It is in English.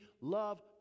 Love